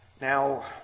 Now